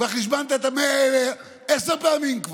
כבר חשבנת את ה-100 האלה עשר פעמים.